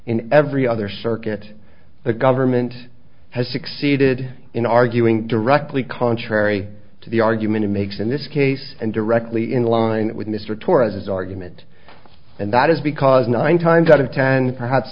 in every other circuit the government has succeeded in arguing directly contrary to the argument it makes in this case and directly in line with mr torres argument and that is because nine times out of ten perhaps